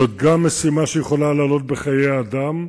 זאת גם משימה שיכולה לעלות בחיי אדם,